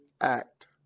act